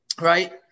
right